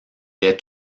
est